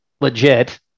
legit